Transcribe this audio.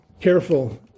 careful